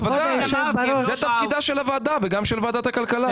בוודאי, זה תפקידה של הוועדה וגם של ועדת הכלכלה.